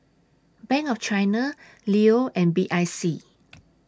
Bank of China Leo and B I C